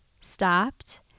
stopped